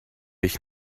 ich